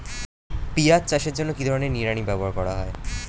পিঁয়াজ চাষের জন্য কি ধরনের নিড়ানি ব্যবহার করা হয়?